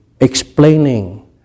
explaining